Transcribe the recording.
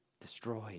destroyed